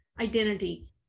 identity